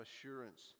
assurance